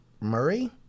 Murray